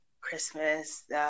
Christmas